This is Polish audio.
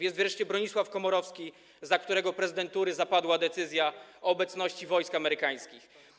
Jest wreszcie Bronisław Komorowski, za którego prezydentury zapadła decyzja o obecności wojsk amerykańskich.